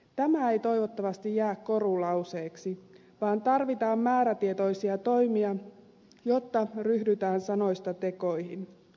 tämä ei toivottavasti jää korulauseeksi vaan tarvitaan määrätietoisia toimia jotta ryhdytään sanoista tekoihin